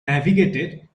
navigated